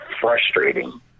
frustrating